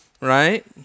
right